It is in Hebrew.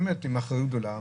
באמת עם אחריות גדולה,